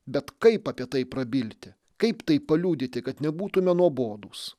bet kaip apie tai prabilti kaip tai paliudyti kad nebūtume nuobodūs